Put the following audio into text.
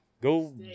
go